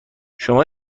شما